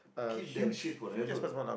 keep that shit forever